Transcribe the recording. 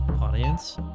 audience